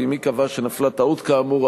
ואם היא קבעה שנפלה טעות כאמור,